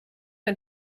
ein